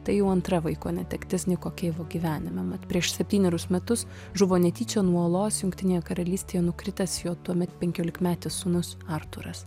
tai jau antra vaiko netektis niko keivo gyvenime mat prieš septynerius metus žuvo netyčia nuo uolos jungtinėje karalystėje nukritęs jo tuomet penkiolikmetis sūnus artūras